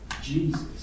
Jesus